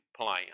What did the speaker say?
plan